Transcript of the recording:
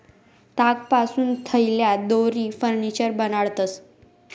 तागपासून थैल्या, दोरी, फर्निचर बनाडतंस